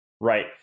Right